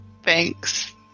Thanks